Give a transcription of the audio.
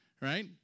right